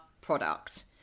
product